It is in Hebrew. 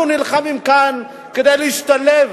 אנחנו נלחמים כאן כדי להשתלב,